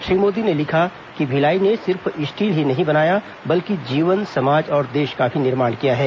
श्री मोदी ने लिखा कि भिलाई ने सिर्फ स्टील ही नहीं बनाया बल्कि जीवन समाज और देश का भी निर्माण किया है